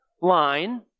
line